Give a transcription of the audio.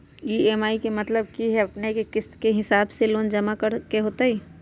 EMI के मतलब है कि अपने के किस्त के हिसाब से लोन जमा करे के होतेई?